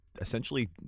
essentially